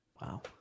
Wow